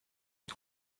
les